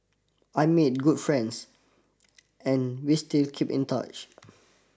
I made good friends and we still keep in touch